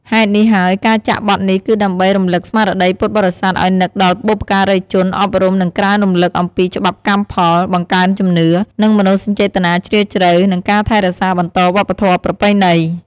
ហេតុនេះហើយការចាក់បទនេះគឺដើម្បី រំឭកស្មារតីពុទ្ធបរិស័ទឲ្យនឹកដល់បុព្វការីជន អប់រំ និងក្រើនរំឭកអំពីច្បាប់កម្មផល បង្កើនជំនឿ និងមនោសញ្ចេតនាជ្រាលជ្រៅ និងការថែរក្សាបន្តវប្បធម៌ប្រពៃណី។